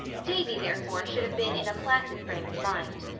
davy, therefore, should have been in a placid frame of mind.